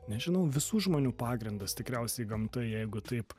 nežinau visų žmonių pagrindas tikriausiai gamta jeigu taip